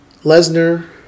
Lesnar